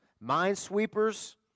minesweepers